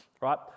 right